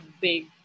big